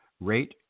rate